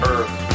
Earth